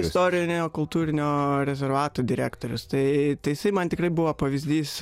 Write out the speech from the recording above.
istorinio kultūrinio rezervato direktorius tai jisai man tikrai buvo pavyzdys